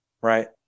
right